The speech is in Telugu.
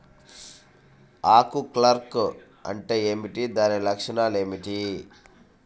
ఆకు కర్ల్ అంటే ఏమిటి? దాని లక్షణాలు ఏమిటి?